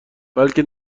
بلکه